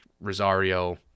Rosario